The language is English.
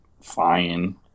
fine